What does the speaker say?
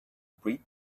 breed